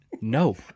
No